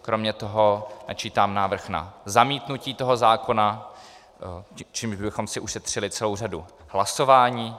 Kromě toho načítám návrh na zamítnutí toho zákona, čímž bychom si ušetřili celou řadu hlasování.